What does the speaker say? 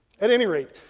at any rate,